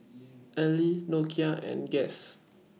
Elle Nokia and Guess